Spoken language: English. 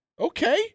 Okay